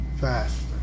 fast